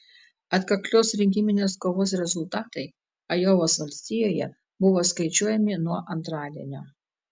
atkaklios rinkiminės kovos rezultatai ajovos valstijoje buvo skaičiuojami nuo antradienio